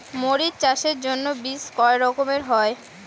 মরিচ চাষের জন্য বীজ কয় রকমের হয়?